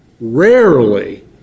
rarely